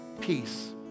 peace